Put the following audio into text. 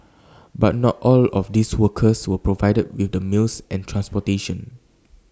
but not all of these workers were provided with the meals and transportation